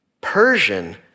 Persian